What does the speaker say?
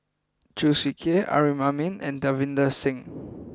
Chew Swee Kee Amrin Amin and Davinder Singh